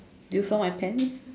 do you saw my pants